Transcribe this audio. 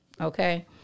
okay